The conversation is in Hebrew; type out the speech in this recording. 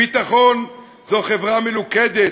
ביטחון הוא חברה מלוכדת,